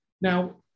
Now